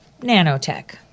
nanotech